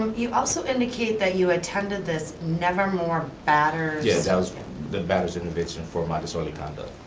um you also indicate that you attended this nevermore batters yeah, that was the batters innovation for my disorderly conduct.